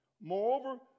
Moreover